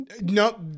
No